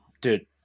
dude